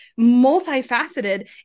multifaceted